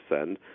send